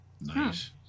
Nice